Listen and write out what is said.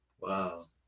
Wow